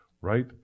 Right